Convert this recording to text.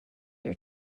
your